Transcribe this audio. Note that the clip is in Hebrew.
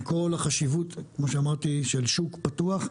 עם כל החשיבות של השוק הפתוח,